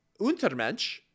untermensch